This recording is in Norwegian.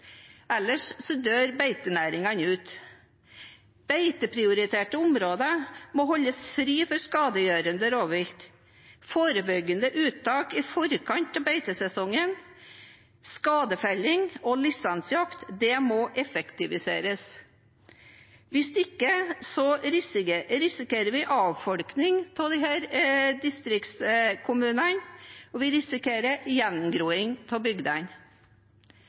ellers dør beitenæringene ut. Beiteprioriterte områder må holdes fri for skadegjørende rovvilt. Forebyggende uttak i forkant av beitesesongen, skadefelling og lisensjakt må effektiviseres. Hvis ikke risikerer vi avfolkning av disse distriktskommunene, og vi risikerer gjengroing av